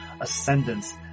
ascendance